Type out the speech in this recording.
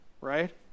right